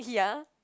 ya